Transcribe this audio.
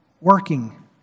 Working